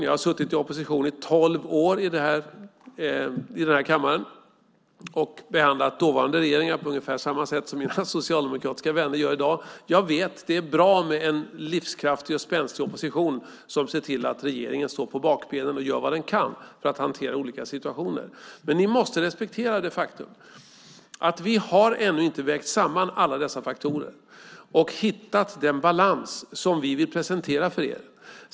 Jag har suttit i opposition i tolv år i den här kammaren och har behandlat dåvarande regeringar på ungefär samma sätt som mina socialdemokratiska vänner behandlar regeringen i dag. Jag vet att det är bra med en livskraftig och spänstig opposition som ser till att regeringen står på bakbenen och gör vad den kan för att hantera olika situationer. Men ni måste respektera det faktum att vi ännu inte har vägt samman alla dessa faktorer och hittat den balans som vi vill presentera för er.